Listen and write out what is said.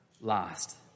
last